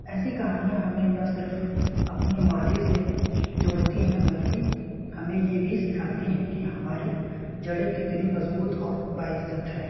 ایسی کہانیاں ہمیں نہ صرف اپنی ماضی سے جوڑتی ہیں بلکہ ہمیں یہ بھی سکھاتی ہیں کہ ہمارے جڑیں کتنی مضبوط اور باعزت ہے